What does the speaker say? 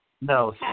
No